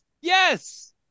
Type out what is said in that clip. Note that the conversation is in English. Yes